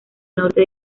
norte